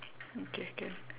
okay K